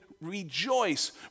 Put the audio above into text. rejoice